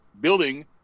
building